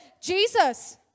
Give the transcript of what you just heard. Jesus